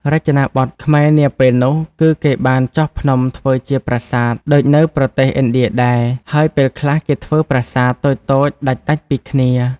រចនាបថ ខ្មែរនាពេលនោះ គឺ គេ បានចោះភ្នំធ្វើជា ប្រាសាទ ដូចនៅ ប្រទេស ឥណ្ឌាដែរ ហើយពេលខ្លះគេធ្វើ ប្រាសាទ តូចៗដាច់ៗពីគ្នា ។